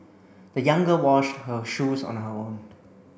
the young girl washed her shoes on her own